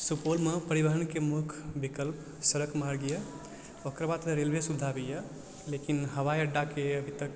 सुपौलमे परिवहन के मुख्य विकल्प सड़क मार्ग यऽ ओकर बाद फेर रेलवे सुविधा यऽ लेकिन हवाई अड्डा के अभी तक